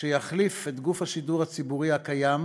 שיחליף את גוף השידור הציבורי הקיים,